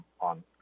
on